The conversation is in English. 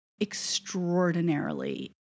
extraordinarily